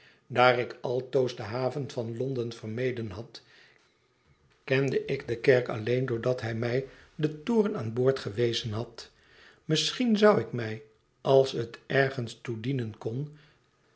daar ik altoos de haven van londen vermeden had kende ik de kerk alleen doordat hij mij den toren aan boord gewezen had misschien zou ik mij als het ergens toe dienen kon